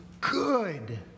good